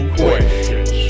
questions